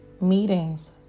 meetings